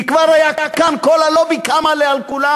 כי כבר היה כאן, כל הלובי היה קם על כולם.